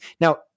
Now